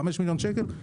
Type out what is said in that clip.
חמישה מיליון שקלים?